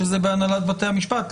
שזה בהנהלת בתי המשפט?